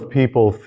people